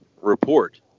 report